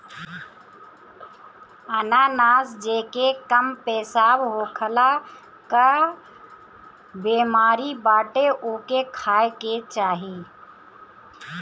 अनानास जेके कम पेशाब होखला कअ बेमारी बाटे ओके खाए के चाही